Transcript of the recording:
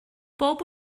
bob